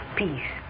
peace